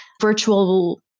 virtual